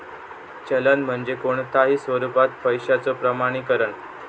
चलन म्हणजे कोणताही स्वरूपात पैशाचो प्रमाणीकरण